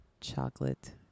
chocolate